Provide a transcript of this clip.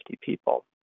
people